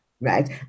Right